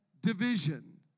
division